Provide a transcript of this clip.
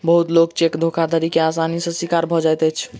बहुत लोक चेक धोखाधड़ी के आसानी सॅ शिकार भ जाइत अछि